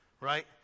right